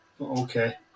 Okay